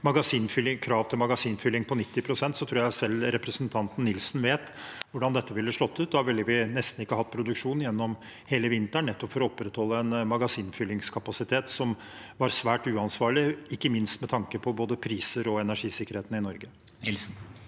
krav til magasinfylling på 90 pst., tror jeg selv representanten Nilsen vet hvordan det ville slått ut. Da ville vi nesten ikke hatt produksjon gjennom hele vinteren for å opprettholde en magasinfyllingskapasitet som var svært uansvarlig, ikke minst med tanke på både prisene og energisikkerheten i Norge. Marius